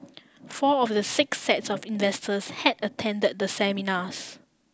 four of the six sets of investors had attend the seminars